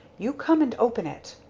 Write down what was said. you come and open it.